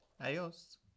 Adios